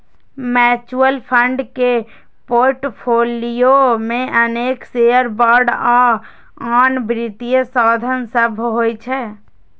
mutual fund के portfolio मे अनेक शेयर, बांड आ आन वित्तीय साधन सभ होइ छै